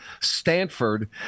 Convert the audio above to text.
Stanford